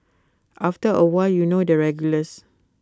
after A while you know the regulars